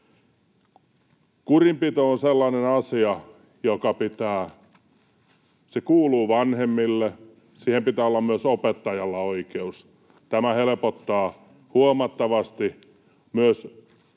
Kurinpito on sellainen asia, joka kuuluu vanhemmille. Siihen pitää olla myös opettajalla oikeus. Tämä helpottaa huomattavasti myös opettajan